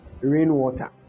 Rainwater